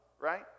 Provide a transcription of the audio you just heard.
right